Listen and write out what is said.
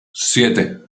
siete